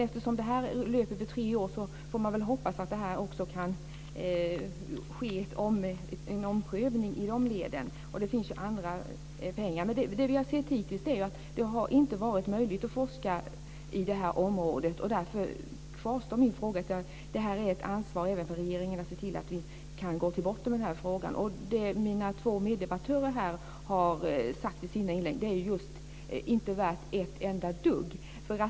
Eftersom programmet löper på tre år får man hoppas att det kan ske en omprövning. Det finns också andra pengar. Det vi har sett hittills är att det inte har varit möjligt att forska om detta område. Därför kvarstår min fråga. Det är ett ansvar även för regeringen att se till att vi kan gå till botten med frågan. Det som mina två meddebattörer har sagt i sina inlägg är inte värt ett enda dugg.